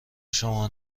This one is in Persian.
شما